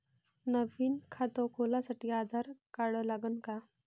नवीन खात खोलासाठी आधार कार्ड लागन का?